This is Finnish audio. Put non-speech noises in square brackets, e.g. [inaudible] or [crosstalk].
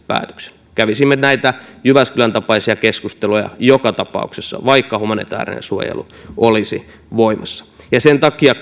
päätöksen kävisimme näitä jyväskylän tapaisia keskusteluja joka tapauksessa vaikka humanitaarinen suojelu olisi voimassa sen takia [unintelligible]